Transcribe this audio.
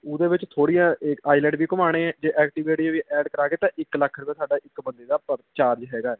ਉਹਦੇ ਵਿੱਚ ਥੋੜ੍ਹੀਆਂ ਅ ਆਈਲੈਡ ਵੀ ਘੁਮਾਉਣੇ ਜੇ ਐਕਟੀਵੇਟੀ ਵੀ ਐਡ ਕਰਾਂਗੇ ਤਾਂ ਇੱਕ ਲੱਖ ਰੁਪਏ ਸਾਡਾ ਇੱਕ ਬੰਦੇ ਦਾ ਪਰ ਚਾਰਜ ਹੈਗਾ